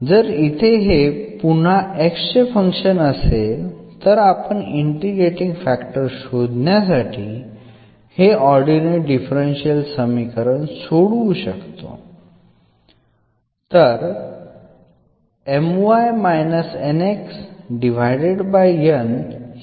जर इथे हे पुन्हा x चे फंक्शन असेल तर आपण इंटिग्रेटींग फॅक्टर शोधण्यासाठी हे ऑर्डिनरी डिफरन्शियल समीकरण सोडवू शकतो